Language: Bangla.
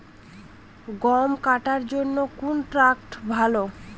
গম কাটার জন্যে কোন ট্র্যাক্টর ভালো?